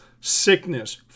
sickness